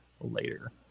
Later